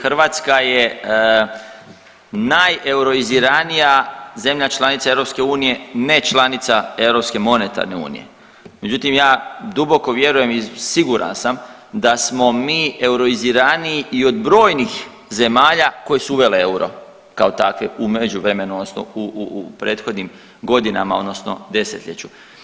Hrvatska je najeuroizranija zemlja članica EU ne članica Europske monetarne unije, međutim ja duboko vjerujem i siguran sam da smo mi euroiziraniji i od brojnih zemalja koje su uvele euro kao takve u međuvremenu odnosno u prethodnim godinama odnosno desetljeću.